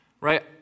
right